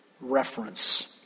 reference